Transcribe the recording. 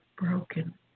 broken